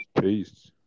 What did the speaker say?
Peace